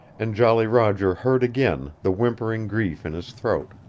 and jolly roger heard again the whimpering grief in his throat.